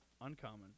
uncommon